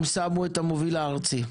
הם שמו את המוביל הארצי.